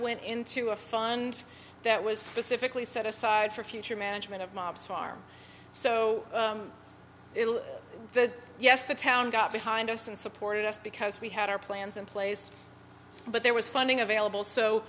went into a fund that was specifically set aside for future management of mobs farm so little the yes the town got behind us and supported us because we had our plans in place but there was funding available so